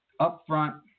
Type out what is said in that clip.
upfront